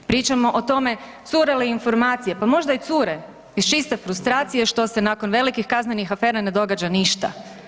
Pričamo o tome cure li informacije, pa možda i cure iz čiste frustracije što se nakon velikih kaznenih afera ne događa ništa.